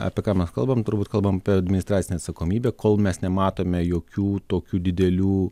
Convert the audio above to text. apie ką mes kalbam turbūt kalbam apie administracinę atsakomybę kol mes nematome jokių tokių didelių